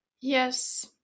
yes